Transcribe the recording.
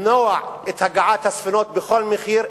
למנוע את הגעת הספינות בכל מחיר.